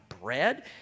bread